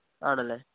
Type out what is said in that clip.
ആണല്ലേ